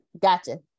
Gotcha